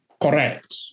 Correct